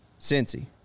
Cincy